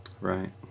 Right